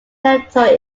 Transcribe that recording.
territorial